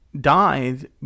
died